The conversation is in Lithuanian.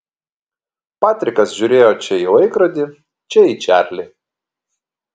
patrikas žiūrėjo čia į laikrodį čia į čarlį